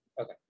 Okay